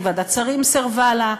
כי ועדת שרים סירבה לה,